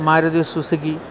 Maruti Suzuki